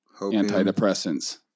antidepressants